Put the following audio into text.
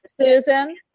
Susan